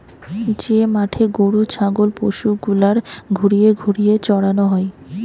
যে মাঠে গরু ছাগল পশু গুলার ঘুরিয়ে ঘুরিয়ে চরানো হয়